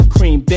Cream